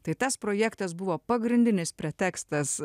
tai tas projektas buvo pagrindinis pretekstas